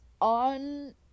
on